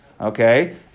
Okay